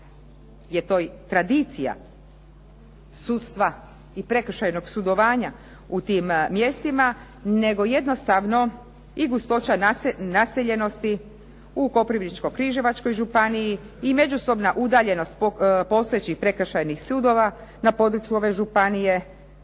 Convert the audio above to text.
je to tradicija sudstva i prekršajnog sudovanja u tim mjestima, nego jednostavno i gustoća naseljenosti u Koprivničko-križevačkoj županiji i međusobna udaljenost postojećih prekršajnih sudova na području ove županije,